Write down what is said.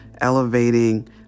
elevating